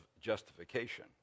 justification